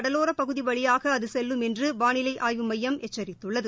கடலோரப் பகுதி வழியாக அது செல்லும் என்று வானிலை ஆய்வு மையம் எச்சித்துள்ளது